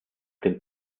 dem